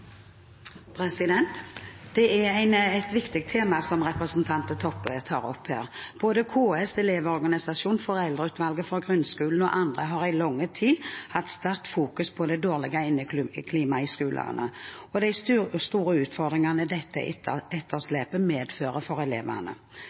et viktig tema representanten Toppe tar opp her. Både KS, Elevorganisasjonen, Foreldreutvalget for grunnopplæringen og andre har i lang tid fokusert sterkt på det dårlige inneklimaet i skolene og de store utfordringene dette